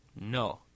no